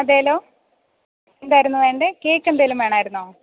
അതെയല്ലോ എന്തായിരുന്നു വേണ്ടത് കേക്ക് എന്തെങ്കിലും വേണമായിരുന്നോ